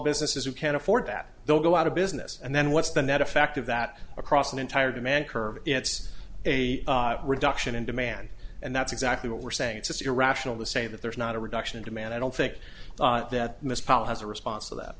businesses who can't afford that they'll go out of business and then what's the net effect of that across an entire demand curve it's a reduction in demand and that's exactly what we're saying it's just irrational to say that there's not a reduction in demand i don't think that miss polly has a response to